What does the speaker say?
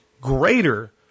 greater